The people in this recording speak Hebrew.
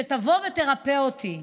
שתבוא ותרפא אותי.